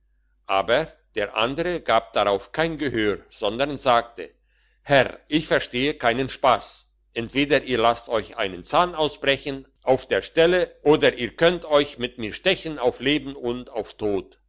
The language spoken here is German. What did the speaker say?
aber der andere gab darauf kein gehör sondern sagte herr ich verstehe keinen spass entweder ihr lasst euch einen zahn ausbrechen auf der stelle oder ihr könnt euch mit mir stechen auf leben und auf tod